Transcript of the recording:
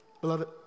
Beloved